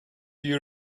you